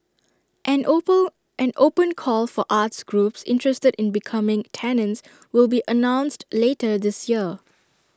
an open an open call for arts groups interested in becoming tenants will be announced later this year